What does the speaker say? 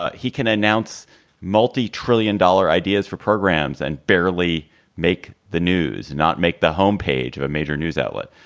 ah he can announce multitrillion dollar ideas for programs and barely make the news, not make the home page of a major news outlet.